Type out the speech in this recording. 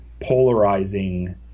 polarizing